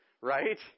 Right